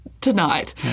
tonight